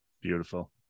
Beautiful